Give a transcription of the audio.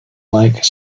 like